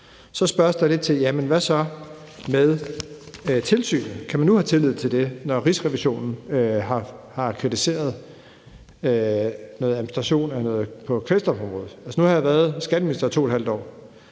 Så spørges der lidt til: Jamen hvad så med tilsynet? Kan man nu have tillid til det, når Rigsrevisionen har kritiseret noget administration på kvælstofområdet? Altså, nu har jeg været skatteminister i 2½ år,